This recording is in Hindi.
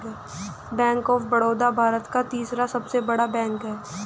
बैंक ऑफ़ बड़ौदा भारत का तीसरा सबसे बड़ा बैंक हैं